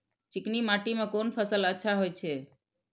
चिकनी माटी में कोन फसल अच्छा होय छे?